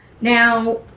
Now